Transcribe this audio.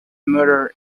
murder